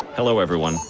hello everyone,